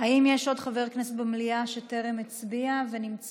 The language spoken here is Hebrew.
האם יש עוד חבר כנסת במליאה שטרם הצביע ונמצא,